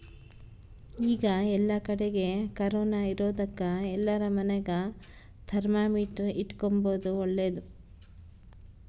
ಈಗ ಏಲ್ಲಕಡಿಗೆ ಕೊರೊನ ಇರೊದಕ ಎಲ್ಲಾರ ಮನೆಗ ಥರ್ಮಾಮೀಟರ್ ಇಟ್ಟುಕೊಂಬದು ಓಳ್ಳದು